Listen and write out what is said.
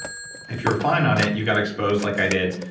if you're fine on it you got exposed like i did,